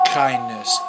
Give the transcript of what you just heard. kindness